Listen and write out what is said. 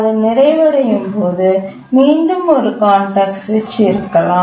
அது நிறைவடையும் போது மீண்டும் ஒரு கான்டெக்ஸ்ட் சுவிட்ச் இருக்கலாம்